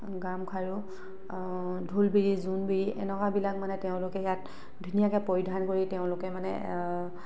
গামখাৰু ঢোলবিৰি জোনবিৰি এনেকুৱাবিলাক মানে তেওঁলোকে ইয়াত ধুনীয়াকৈ পৰিধান কৰি তেওঁলোকে মানে